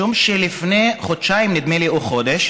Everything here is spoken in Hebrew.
משום שלפני חודשיים, נדמה לי, או חודש,